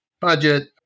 budget